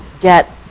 get